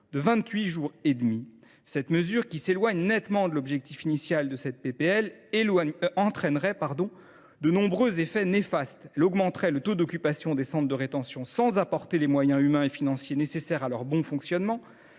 de 28,5 jours. Cette mesure, qui s’éloigne nettement de l’objectif initial de cette proposition de loi, entraînerait de nombreux effets néfastes. Elle augmenterait le taux d’occupation des centres de rétention sans apporter les moyens humains et financiers nécessaires à leur bon fonctionnement.